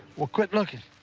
well, quit looking.